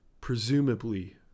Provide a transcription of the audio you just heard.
presumably